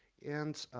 and